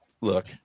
Look